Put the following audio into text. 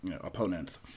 opponents